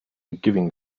giving